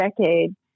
decade